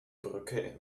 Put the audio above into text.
brücke